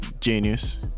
genius